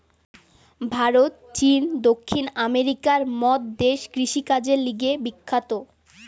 ভারত, চীন, দক্ষিণ আমেরিকার মত দেশ কৃষিকাজের লিগে বিখ্যাত